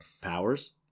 powers